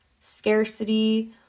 scarcity